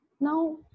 Now